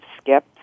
skip